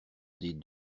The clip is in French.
des